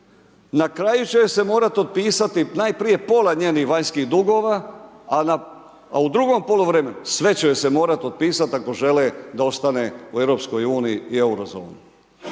na kraju će se morati otpisati najprije pola njenih vanjskih dugova, a u drugom poluvremenu sve će joj se morat otpisati ako žele da ostane u Europskoj uniji i euro zoni.